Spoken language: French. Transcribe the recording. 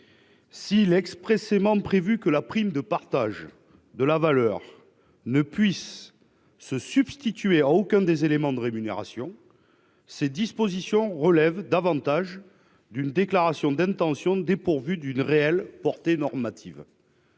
« il est expressément prévu que la prime de partage de la valeur ne puisse se substituer à aucun des éléments de rémunération, [...] ces dispositions semblent toutefois davantage relever d'une déclaration d'intention dépourvue d'une réelle portée normative.